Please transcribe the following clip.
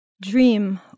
Dream